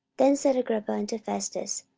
then said agrippa unto festus,